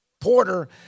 Porter